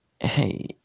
Hey